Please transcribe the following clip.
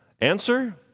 Answer